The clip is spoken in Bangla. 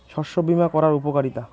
শস্য বিমা করার উপকারীতা?